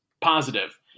positive